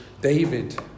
David